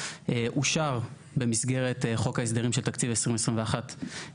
אושר במסגרת חוק ההסדרים של תקציב 2021 בכנסת.